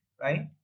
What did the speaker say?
right